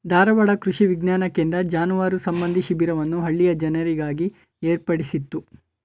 ಧಾರವಾಡ ಕೃಷಿ ವಿಜ್ಞಾನ ಕೇಂದ್ರ ಜಾನುವಾರು ಸಂಬಂಧಿ ಶಿಬಿರವನ್ನು ಹಳ್ಳಿಯ ಜನರಿಗಾಗಿ ಏರ್ಪಡಿಸಿತ್ತು